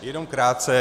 Jenom krátce.